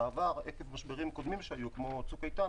בעבר היו משברים קודמים כמו "צוק איתן".